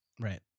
Right